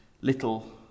little